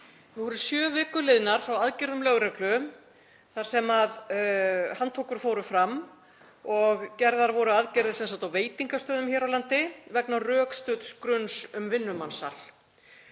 Nú eru sjö vikur liðnar frá aðgerðum lögreglu þar sem handtökur fóru fram og gerðar voru aðgerðir á veitingastöðum hér á landi vegna rökstudds gruns um vinnumansal.